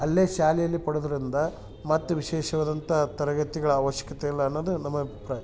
ಅಲ್ಲೇ ಶಾಲೆಯಲ್ಲಿ ಪಡುದರಿಂದ ಮತ್ತು ವಿಶೇಷವಾದಂಥ ತರಗತಿಗಳ ಆವಶ್ಯಕತೆ ಇಲ್ಲ ಅನ್ನೋದು ನಮ್ಮ ಅಭಿಪ್ರಾಯ